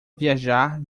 viajar